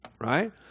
right